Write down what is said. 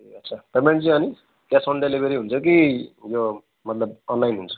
ए अच्छा पेमेन्ट चाहिँ अनि क्यास अन डेलिभरी हुन्छ कि यो मतलब अनलाइन हुन्छ